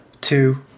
two